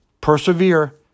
Persevere